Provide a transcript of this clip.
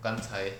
刚才